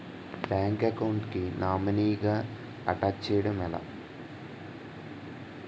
Bank account కి nominee గా attach చేయడం ఎలా?